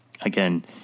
again